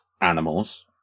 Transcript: animals